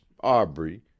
Aubrey